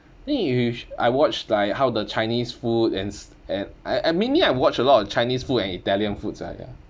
!hey! I watched like how the chinese food and s~ and I I mainly I watch a lot of chinese food and italian foods ah ya